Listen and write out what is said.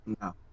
No